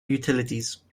utilities